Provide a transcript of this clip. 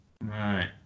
right